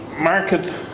market